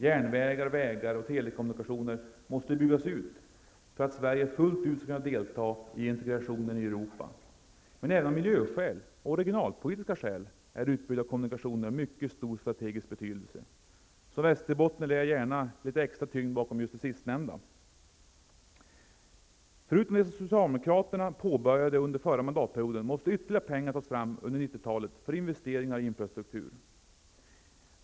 Järnvägar, vägar och telekommunikationer måste byggas ut för att Sverige fullt ut ska kunna delta i integrationen i Europa. Men även av miljöskäl och regionalpolitiska skäl är utbyggda kommunikationer av mycket stor strategisk betydelse. Som västerbottning lägger jag gärna litet extra tyngd bakom just det sistnämnda. Förutom medel till det som socialdemokraterna påbörjade under förra mandatperioden måste ytterligare pengar tas fram under 90-talet för investeringar i infrastruktur.